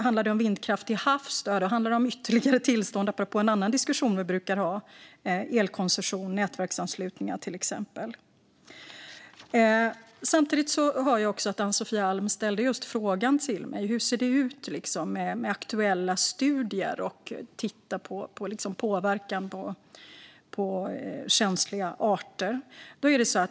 Handlar det om vindkraft till havs behövs det ytterligare tillstånd, apropå en annan diskussion som vi brukar ha - om till exempel elkoncession och nätverksanslutningar. Jag hörde också att Ann-Sofie Alm ställde frågan till mig om hur det ser ut med aktuella studier och om man tittar på påverkan på känsliga arter.